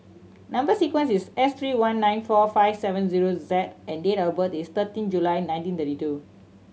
number sequence is S three one nine four five seven zero Z and date of birth is thirteen July nineteen thirty two